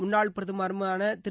முன்னாள் பிரதமருமான திரு